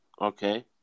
Okay